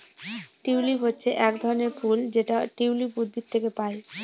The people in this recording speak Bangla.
টিউলিপ হচ্ছে এক ধরনের ফুল যেটা টিউলিপ উদ্ভিদ থেকে পায়